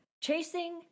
Chasing